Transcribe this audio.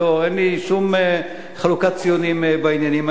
אין לי שום חלוקת ציונים בעניינים האלה.